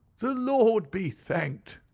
the lord be thanked!